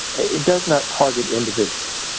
it does not target individuals.